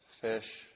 fish